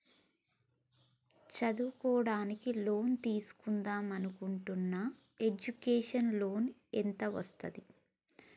చదువుకోవడానికి లోన్ తీస్కుందాం అనుకుంటున్నా ఎడ్యుకేషన్ లోన్ ఎంత వస్తది?